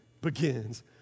begins